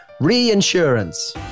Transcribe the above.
Reinsurance